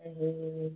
ए